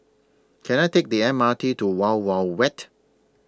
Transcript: Can I Take The M R T to Wild Wild Wet